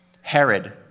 Herod